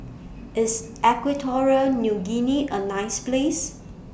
IS Equatorial Guinea A nice Place